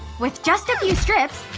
with just a few strips,